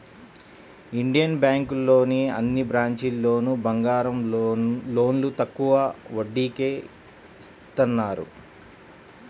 Indian బ్యేంకులోని అన్ని బ్రాంచీల్లోనూ బంగారం లోన్లు తక్కువ వడ్డీకే ఇత్తన్నారు